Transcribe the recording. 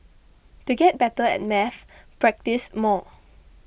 to get better at maths practise more